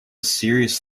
serious